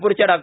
नागपूरच्या डॉ